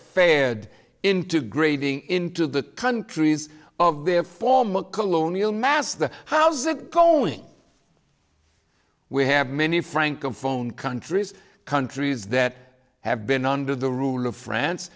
fared integrating into the countries of their former colonial masters how's it going we have many francophone countries countries that have been under the rule of france